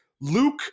Luke